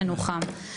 ננוחם.